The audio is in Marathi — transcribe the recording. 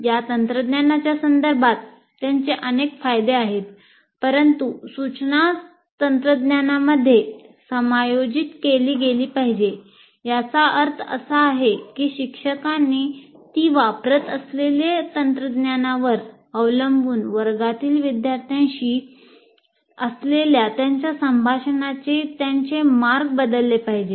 या तंत्रज्ञानाच्या संदर्भात त्यांचे अनेक फायदे आहेत परंतु सूचना तंत्रज्ञानामध्ये समायोजित केली गेली पाहिजे याचा अर्थ असा आहे की शिक्षकांनी ती वापरत असलेल्या तंत्रज्ञानावर अवलंबून वर्गातील विद्यार्थ्यांशी असलेल्या त्याच्या संभाषणाचे त्यांचे मार्ग बदलले पाहिजेत